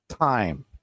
time